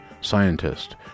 scientist